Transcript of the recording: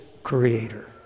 creator